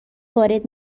وارد